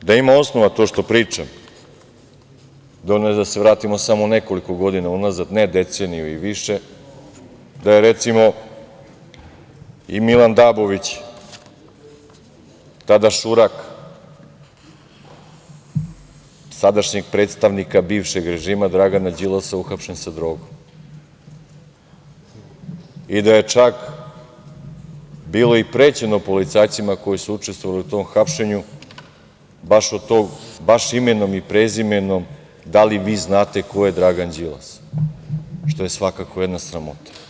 Da ima osnova to što pričam, dovoljno je da se vratimo samo nekoliko godina unazad, ne deceniju i više, da je, recimo, i Milan Dabović, tada šurak sadašnjeg predstavnika bivšeg režima Dragana Đilasa, uhapšen sa drogom i da je čak bilo i prećeno policajcima koji su učestvovali u tom hapšenju, baš imenom i prezimenom – da li vi znate ko je Dragan Đilas, što je svakako jedna sramota.